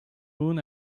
moon